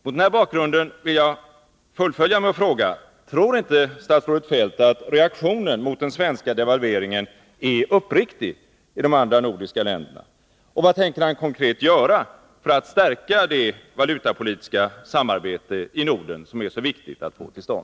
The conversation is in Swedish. Mot denna bakgrund vill jag fråga: Tror inte statsrådet Feldt att reaktionen mot den svenska devalveringen är uppriktig i de andra nordiska länderna? Vad tänker han konkret göra för att stärka det valutapolitiska samarbetet i Norden, som det är så viktigt att få till stånd?